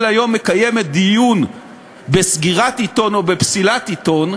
היום מקיימת דיון בסגירת עיתון או בפסילת עיתון,